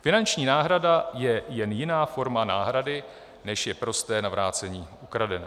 Finanční náhrada je jen jiná forma náhrady, než je prosté navrácení ukradeného.